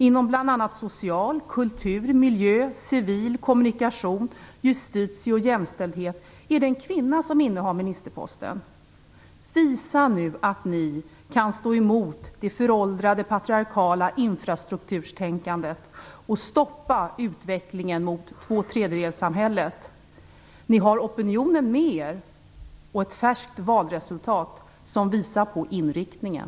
För bl.a. social-, kultur-, miljö-, civil-, kommunikations-, justitie och jämställdhetsärenden är det en kvinna som innehar ministerposten. Visa nu att ni kan stå emot det föråldrade patriarkala infrastrukturtänkandet och stoppa utvecklingen mot tvåtredjedelssamhället! Ni har opinionen med er och ett färskt valresultat som visar på inriktningen.